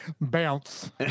Bounce